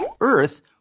Earth